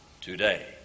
today